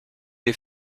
les